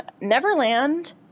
Neverland